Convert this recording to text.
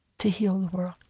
to heal the world?